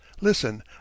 Listen